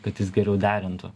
kad jis geriau derintų